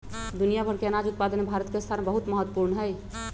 दुनिया भर के अनाज उत्पादन में भारत के स्थान बहुत महत्वपूर्ण हई